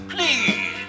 Please